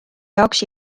jaoks